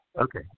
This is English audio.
okay